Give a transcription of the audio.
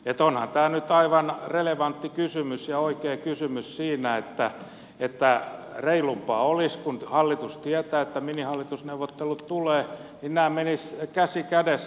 onhan tämä nyt aivan relevantti kysymys ja oikea kysymys siitä että reilumpaa olisi kun hallitus tietää että minihallitusneuvottelut tulevat että nämä menisivät käsi kädessä